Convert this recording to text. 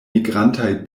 migrantaj